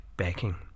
backing